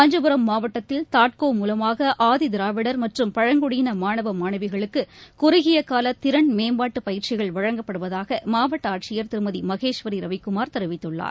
காஞ்சிபுரம் மாவட்டத்தில் தாட்கோ மூலமாகஆதிதிராவிடர் மற்றும் பழங்குடியினமாணவ மாணவிகளுக்குகுறுகியகாலதிறன் மேம்பாட்டுபயிற்சிகள் வழங்கப்படுவதாகமாவட்டஆட்சியர் திருமதிமகேஸ்வரிரவிக்குமார் தெரிவித்துள்ளார்